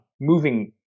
moving